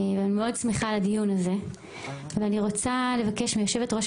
אני מאוד שמחה על הדיון הזה ואני רוצה לבקש מיושבת-ראש